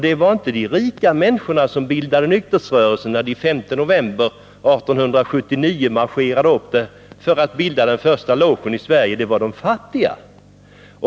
Det var inte de rika människorna som startade nykterhetsrö relsen när de den 5 november 1879 marscherade upp för att bilda den första nykterhetslogen i Sverige, utan det var de fattiga.